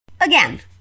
Again